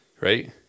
Right